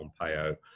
Pompeo